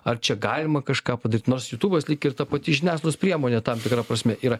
ar čia galima kažką padaryt nors jutūbas lyg ir ta pati žiniasklaidos priemonė tam tikra prasme yra